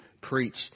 preach